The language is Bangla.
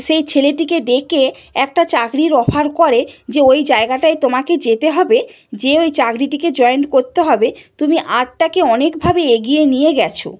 সেই ছেলেটিকে ডেকে একটা চাকরির অফার করে যে ওই জায়গাটায় তোমাকে যেতে হবে যেয়ে ওই চাকরিটিকে জয়েন করতে হবে তুমি আর্টটাকে অনেকভাবে এগিয়ে নিয়ে গিয়েছ